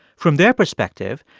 from their perspective,